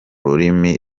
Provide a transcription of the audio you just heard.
rurimi